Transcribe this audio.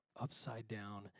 upside-down